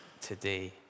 today